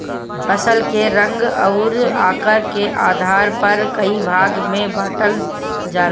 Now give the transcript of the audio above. फसल के रंग अउर आकार के आधार पर कई भाग में बांटल जाला